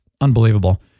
unbelievable